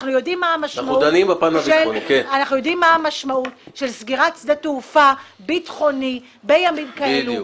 אנחנו יודעים מה המשמעות של סגירת שדה תעופה ביטחוני בימים כאלו.